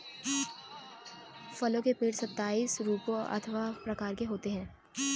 फलों के पेड़ सताइस रूपों अथवा प्रकार के होते हैं